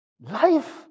Life